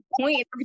point